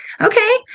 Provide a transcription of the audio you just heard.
Okay